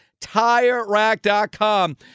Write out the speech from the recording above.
TireRack.com